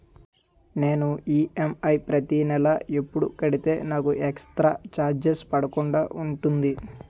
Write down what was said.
నేను ఈ.ఎం.ఐ ప్రతి నెల ఎపుడు కడితే నాకు ఎక్స్ స్త్ర చార్జెస్ పడకుండా ఉంటుంది?